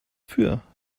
für